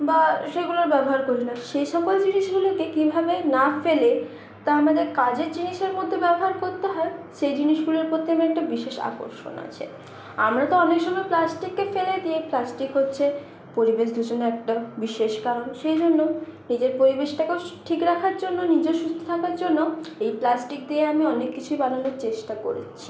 বা সেগুলোর ব্যবহার করি না সে সকল জিনিসগুলোকে কিভাবে না ফেলে তা আমাদের কাজের জিনিসের মধ্যে ব্যবহার করতে হয় সেই জিনিসগুলোর প্রতি আমার একটা বিশেষ আকর্ষণ আছে আমরা তো অনেক সময় প্লাস্টিককে ফেলে দিই প্লাস্টিক হচ্ছে পরিবেশ দূষণের একটা বিশেষ কারণ সেই জন্য নিজের পরিবেশটাকেও ঠিক রাখার জন্য নিজে সুস্থ থাকার জন্য এই প্লাস্টিক দিয়ে আমি অনেককিছুই বানানোর চেষ্টা করেছি